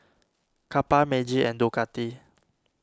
Kappa Meiji and Ducati